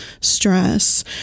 stress